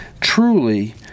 Truly